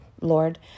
Lord